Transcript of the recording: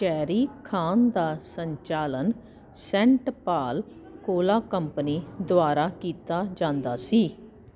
cherry ਖਾਣ ਦਾ ਸੰਚਾਲਨ ਸੇਂਟ ਪਾਲ ਕੋਲਾ ਕੰਪਨੀ ਦੁਆਰਾ ਕੀਤਾ ਜਾਂਦਾ ਸੀ